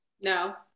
No